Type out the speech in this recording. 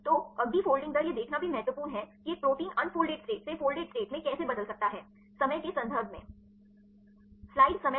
तो अगली फोल्डिंग दर यह देखना भी महत्वपूर्ण है कि एक प्रोटीन अनफॉल्ड स्टेट से फोल्डेड स्टेट में कैसे बदल सकता है समय के संदर्भ में